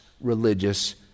religious